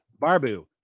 Barbu